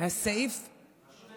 לא, נשאר, הסעיף השני,